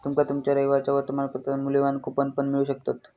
तुमका तुमच्या रविवारच्या वर्तमानपत्रात मुल्यवान कूपन पण मिळू शकतत